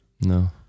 no